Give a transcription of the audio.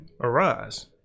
Arise